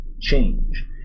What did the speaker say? change